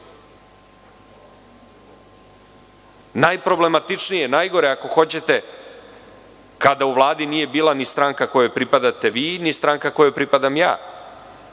Najproblematičnije, najgore ako hoćete kada u Vladi nije bila ni stranka kojoj propadate vi ni stranka kojoj propadam ja,